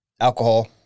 alcohol